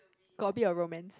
got a bit of romance